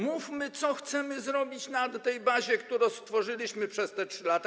Mówmy, co chcemy zrobić na tej bazie, którą stworzyliśmy przez te 3 lata.